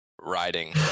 riding